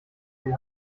den